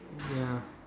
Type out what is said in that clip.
ya